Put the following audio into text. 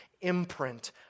imprint